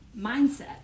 mindset